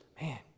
man